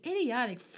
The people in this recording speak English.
idiotic